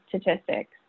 statistics